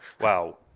Wow